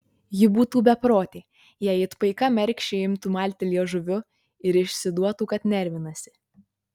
ji būtų beprotė jei it paika mergšė imtų malti liežuviu ir išsiduotų kad nervinasi